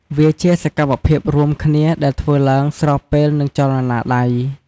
វាជាសកម្មភាពរួមគ្នាដែលធ្វើឡើងស្របពេលនឹងចលនាដៃ។